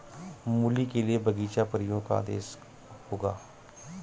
मूली के लिए बगीचा परियों का देश होगा